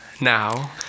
now